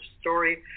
story